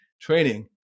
training